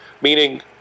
meaning